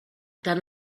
tant